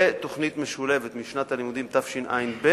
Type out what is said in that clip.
לתוכנית משולבת, משנת הלימודים תשע"ב,